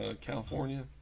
California